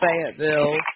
Fayetteville